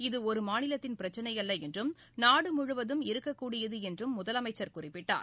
இது ஒரு மாநிலத்தின் பிரச்சிளையல்ல என்றும் நாடுமுழுவதும் இருக்கக்கூடியது என்றும் முதலமைச்சர் குறிப்பிட்டார்